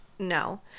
No